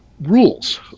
rules